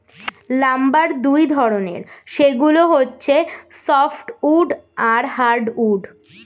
lumber দুই ধরনের, সেগুলো হচ্ছে সফ্ট উড আর হার্ড উড